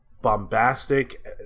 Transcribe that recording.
bombastic